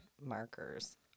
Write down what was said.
Markers